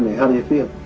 how do you feel?